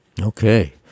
Okay